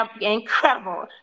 Incredible